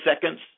seconds